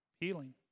healing